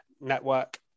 Network